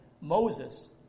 Moses